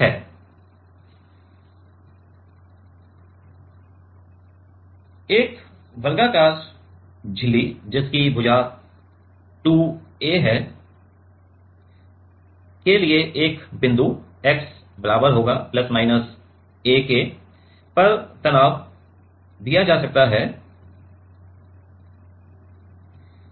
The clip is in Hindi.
भुजा 2a की एक वर्गाकार झिल्ली के लिए एक बिंदु x±a पर तनाव दिया जाता है